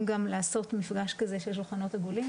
גם לעשות מפגש כזה של 'שולחנות עגולים',